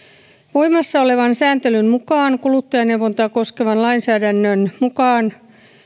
voimassa olevan sääntelyn mukaan kuluttajaneuvontaa koskevan lainsäädännön mukaan